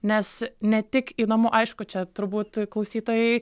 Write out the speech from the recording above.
nes ne tik įdomu aišku čia turbūt klausytojai